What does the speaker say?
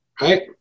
Right